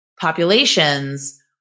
populations